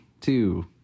two